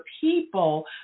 people